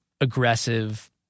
aggressive